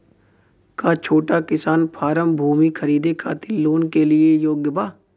का छोटा किसान फारम भूमि खरीदे खातिर लोन के लिए योग्य बा?